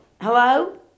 Hello